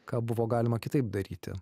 ką buvo galima kitaip daryti